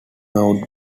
out